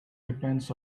depends